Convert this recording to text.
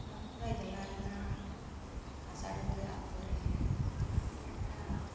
ᱵᱟᱸᱠᱩᱲᱟ ᱡᱮᱞᱟ ᱨᱮᱱᱟᱜ ᱦᱟᱥᱟ ᱰᱩᱝᱨᱤ ᱟᱛᱳ ᱨᱮ ᱢᱤᱫᱴᱟᱹᱝ